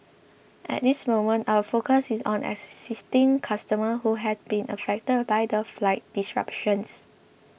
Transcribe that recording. at this moment our focus is on assisting customers who have been affected by the flight disruptions